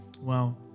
Wow